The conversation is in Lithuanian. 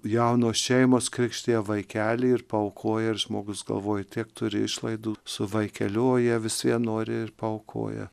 jaunos šeimos krikštija vaikelį ir paaukoja ir žmogus galvoji tiek turi išlaidų su vaikeliu o jie vis vien nori ir paaukoja